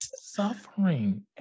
Suffering